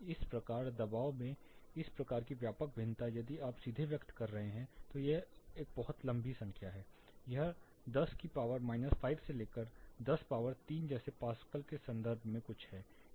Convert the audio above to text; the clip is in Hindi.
इस प्रकार दबाव में इस तरह की व्यापक भिन्नता यदि आप सीधे व्यक्त कर रहे हैं तो यह बहुत लंबी संख्या है यह 10 पावर माइनस 5 से लेकर 10 पावर 3 जैसे पास्कल के संदर्भ में कुछ है